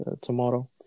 tomorrow